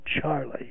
Charlie